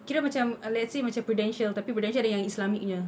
kira macam uh let's say macam prudential tapi prudential ada yang islamic punya